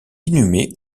inhumée